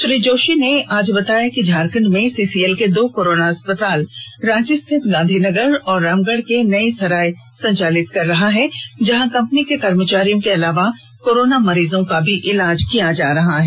श्री जोशी ने आज बताया कि झारखंड में सीसीएल के दो कोरोना अस्पताल रांची स्थित गांधीनगर और रामगढ़ के नईसराय संचालित कर रहा है जहां कंपनी के कर्मचारियों के अलावा कोरोना मरीजों का भी इलाज किया जा रहा है